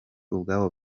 ubwabo